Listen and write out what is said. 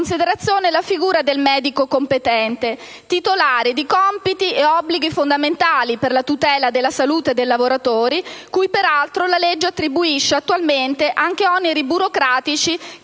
la figura del medico competente, titolare di compiti e obblighi fondamentali per la tutela della salute dei lavoratori, cui peraltro la legge attribuisce attualmente anche oneri burocratici